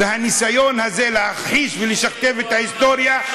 והניסיון הזה להכחיש ולשכתב את ההיסטוריה,